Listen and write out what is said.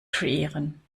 kreieren